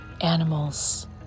animals